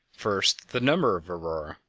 first, the number of aurorae,